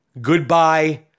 Goodbye